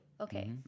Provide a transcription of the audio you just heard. Okay